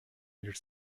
mille